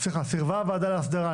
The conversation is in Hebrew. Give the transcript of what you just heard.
"סירבה הוועדה להסדרה",